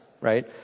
Right